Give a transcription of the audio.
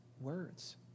words